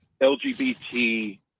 LGBT